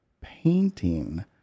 painting